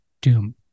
doom